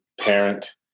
parent